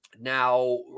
Now